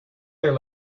there